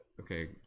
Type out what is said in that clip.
okay